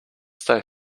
stay